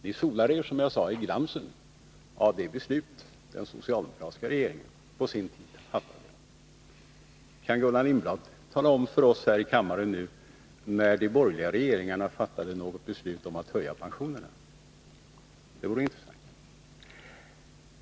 Ni solar er, som jag nyss sade, i glansen av det beslut som den socialdemokratiska regeringen på sin tid fattade. Kan Gullan Lindblad nu tala om för oss här i kammaren när de borgerliga regeringarna fattade något beslut om att höja pensionerna? Det vore intressant att få höra.